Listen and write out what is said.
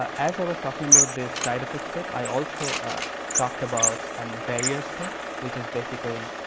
ah as i was talking about this side-effect step, i also ah talked about, and barriers step. which is basically,